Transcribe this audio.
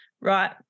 right